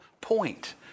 point